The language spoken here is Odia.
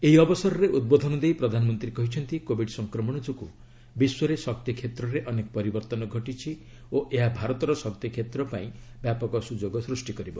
ଏହି ଅବସରରେ ଉଦ୍ବୋଧନ ଦେଇ ପ୍ରଧାନମନ୍ତ୍ରୀ କହିଛନ୍ତି କୋବିଡ୍ ସଂକ୍ରମଣ ଯୋଗୁଁ ବିଶ୍ୱରେ ଶକ୍ତି କ୍ଷେତ୍ରରେ ଅନେକ ପରିବର୍ତ୍ତନ ଘଟିଛି ଓ ଏହା ଭାରତର ଶକ୍ତି କ୍ଷେତ୍ର ପାଇଁ ବ୍ୟାପକ ସୁଯୋଗ ସୃଷ୍ଟି କରିବ